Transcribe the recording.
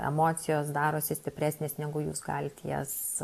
emocijos darosi stipresnės negu jūs galit jas